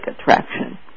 attraction